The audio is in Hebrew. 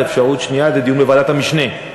ואפשרות שנייה זה דיון בוועדת המשנה.